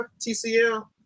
TCL